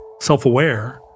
self-aware